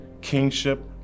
kingship